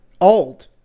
old